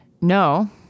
No